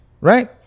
right